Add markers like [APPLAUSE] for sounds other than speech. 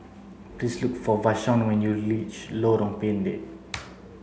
please look for Vashon when you [UNINTELLIGIBLE] Lorong Pendek